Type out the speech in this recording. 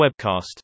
webcast